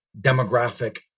demographic